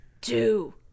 two